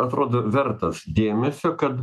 atrodo vertas dėmesio kad